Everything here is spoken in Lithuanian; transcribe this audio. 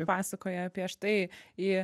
pasakoja apie štai į